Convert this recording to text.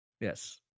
Yes